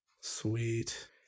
Sweet